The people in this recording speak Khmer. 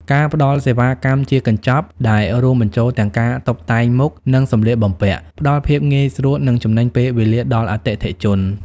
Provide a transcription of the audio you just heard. ការផ្ដល់សេវាកម្មជាកញ្ចប់ដែលរួមបញ្ចូលទាំងការតុបតែងមុខ និងសម្លៀកបំពាក់ ផ្ដល់ភាពងាយស្រួល និងចំណេញពេលវេលាដល់អតិថិជន។